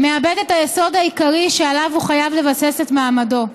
מאבד את היסוד העיקרי שעליו הוא חייב לבסס את מעמדו: